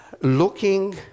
Looking